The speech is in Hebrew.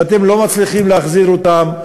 ואתם לא מצליחים להחזיר אותם.